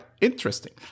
Interesting